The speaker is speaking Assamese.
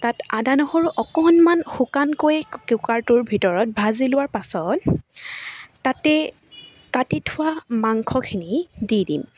তাত আদা নহৰু অকনমান শুকানকৈ কুকাৰটোৰ ভিতৰত ভাজি লোৱাৰ পাছত তাতে কাটি থোৱা মাংসখিনি দি দিম